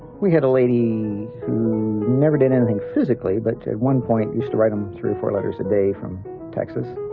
we had a lady who never did anything physically, but at one point used to write him three or four letters a day from texas,